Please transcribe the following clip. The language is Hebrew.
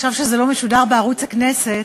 חבר הכנסת,